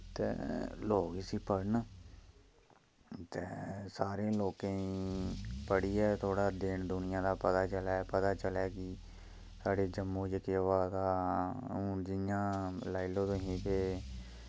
ते लोग इसी पढ़न ते सारे लोकें ई पढ़ियै थोह्ड़ा देन दुनियां दा पता चलै पता चलै कि साढ़े जम्मू च केह् होआ दा हून जि'यां लाई लैओ तुहीं के